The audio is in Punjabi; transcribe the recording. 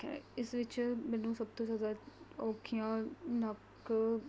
ਇਸ ਵਿੱਚ ਮੈਨੂੰ ਸਭ ਤੋਂ ਜ਼ਿਆਦਾ ਔਖੀਆਂ ਨੱਕ